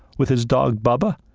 with his dog, bubba,